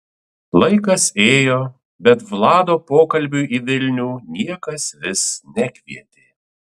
laikas ėjo bet vlado pokalbiui į vilnių niekas vis nekvietė